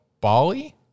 Bali